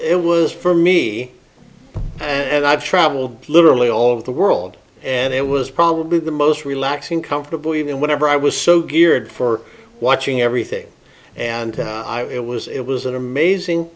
it was for me and i've traveled literally all over the world and it was probably the most relaxing comfortable even whatever i was so geared for watching everything and it was it was an amazing